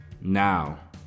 Now